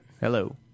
Hello